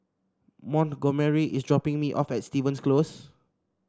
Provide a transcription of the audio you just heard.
montgomery is dropping me off at Stevens Close